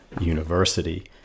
University